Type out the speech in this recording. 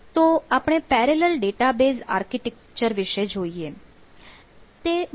તો આપણે parallel database architecture વિશે જોઈએ